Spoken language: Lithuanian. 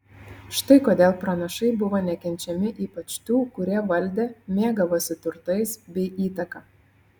štai kodėl pranašai buvo nekenčiami ypač tų kurie valdė mėgavosi turtais bei įtaka